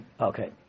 Okay